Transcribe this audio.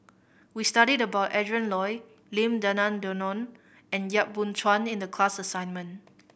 we studied about Adrin Loi Lim Denan Denon and Yap Boon Chuan in the class assignment